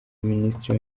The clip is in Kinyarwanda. minisitiri